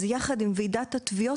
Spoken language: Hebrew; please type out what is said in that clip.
הבקשה לאוצר יחד עם ועידת התביעות,